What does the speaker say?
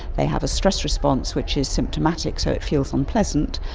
they have a stress response which is symptomatic, so it feels unpleasant,